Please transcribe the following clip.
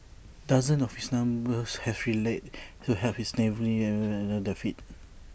dozens of his neighbours have rallied to help his family get back on their feet